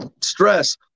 Stress